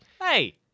Hey